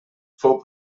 fou